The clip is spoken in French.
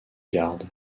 garde